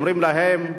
אומרים להם: